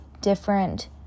different